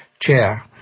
chair